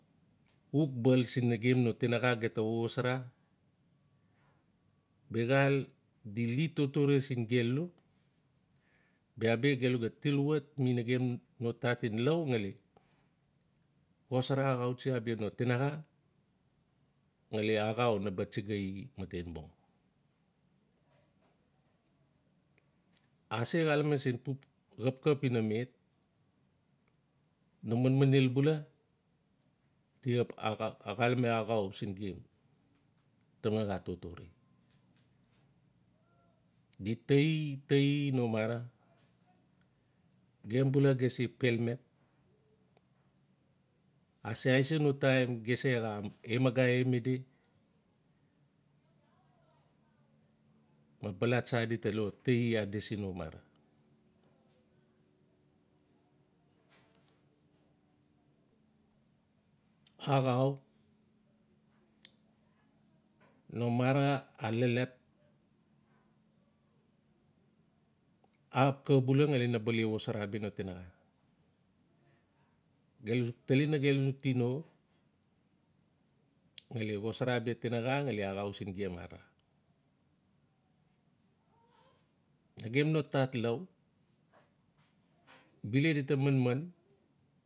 Xuk bal siin nagem no tinaxage ta xoxosara. Biaxaal di li totore siin gelu. biabi gelu ga til wat mi nagelu no tat en lau ngali xosara axautsi abia no tinaxa ngali axau naba tsigai matenbung. Ase xalame siin pu xapkap ina met no manmanel bula di xa xalame axau siin gem. taman xaa totore. Di ta ee-ta ee no mara. gem se pelmet ase aisa no time ge se xaa emagae mi di ma bala tsa di ta lo ta ee adisi no mara. axau no mara a leplep axap xa bula ngali naba le xosara abia no tinaxa. Gelu tali nagelu tino ngali xosara abia tinaxa axau siin gem arara. nagem non tat lau bi le di ta manman.